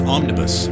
Omnibus